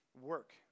work